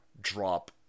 drop